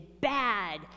bad